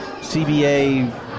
CBA